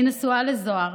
אני נשואה לזהר,